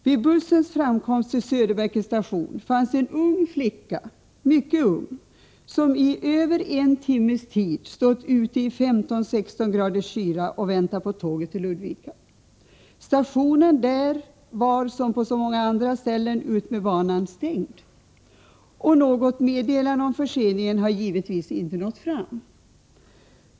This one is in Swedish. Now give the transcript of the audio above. Vid bussens framkomst till Söderbärke station fanns där en mycket ung flicka, som i över en timmes tid hade stått ute i 15-16 graders kyla och väntat på tåget till Ludvika. Stationen var — som på så många andra ställen utmed banan —stängd, och något meddelande om förseningen hade givetvis inte nått fram.